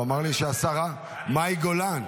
הוא אמר לי שהשרה מאי גולן.